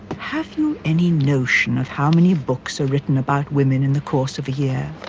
have you any notion of how many books are written about women in the course of a year?